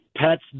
pets